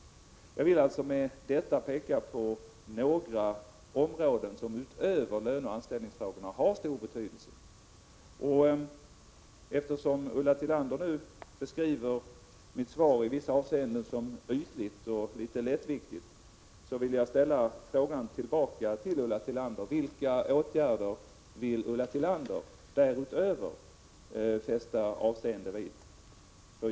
Med detta har jag velat peka på några områden som utöver löneoch anställningsfrågorna har stor betydelse. Eftersom Ulla Tillander beskriver mitt svar som ytligt och litet lättviktigt i vissa avseenden, vill jag ställa frågan till henne: Vilka åtgärder därutöver vill Ulla Tillander fästa avseende vid?